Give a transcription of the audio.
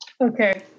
Okay